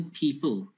people